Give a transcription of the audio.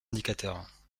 indicateurs